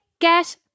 get